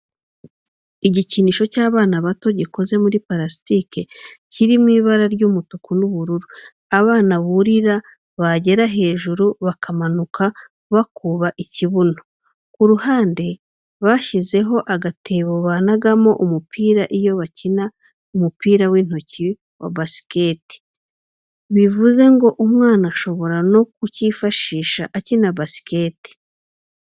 Igikinisho cy'abana bato gikoze muri parasitike kiri mu ibara ry'umutuku n'ubururu, abana barurira bagera hejuru bakamanuka bakuba ikibuno. Ku ruhande bashyizeho agatebo banagamo umupira iyo bakina umupira w'intoki wa basikete, bivuze ngo umwana ashobora no ku kifashisha akina basikete.